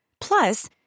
Plus